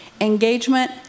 engagement